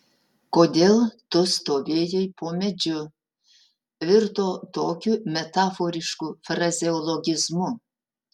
kodėl tu stovėjai po medžiu virto tokiu metaforišku frazeologizmu